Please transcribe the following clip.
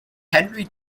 henri